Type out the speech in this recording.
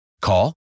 Call